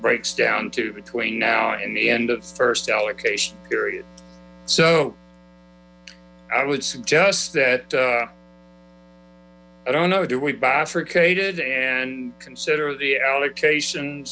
breaks down to between now and the end of first allocation period so i would suggest that i don't know do we barricaded and consider the allocation